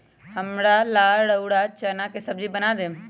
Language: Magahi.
हमरा ला रउरा चना के सब्जि बना देम